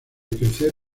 crecer